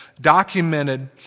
documented